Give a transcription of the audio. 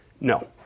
No